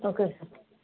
okay sir